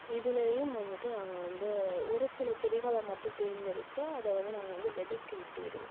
இதுலேயும் வந்துட்டு நாங்கள் வந்து ஒருசில செடிகளை மட்டும் தேர்ந்தெடுத்து அதை வந்து நாங்கள் வந்து விதைக்கு விட்டு விடுவோம்